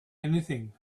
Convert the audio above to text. anything